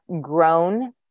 grown